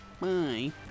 Bye